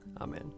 Amen